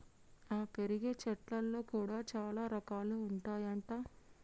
ఆ పెరిగే చెట్లల్లో కూడా చాల రకాలు ఉంటాయి అంట